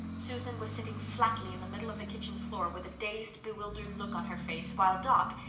susan was sitting flatly in the middle of the kitchen floor with a dazed, bewildered look on her face, while doc,